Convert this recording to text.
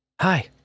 hi